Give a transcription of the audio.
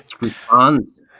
responds